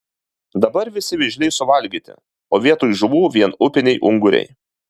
dabar visi vėžliai suvalgyti o vietoj žuvų vien upiniai unguriai